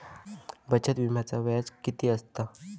बचत विम्याचा व्याज किती असता?